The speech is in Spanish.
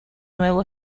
nuevo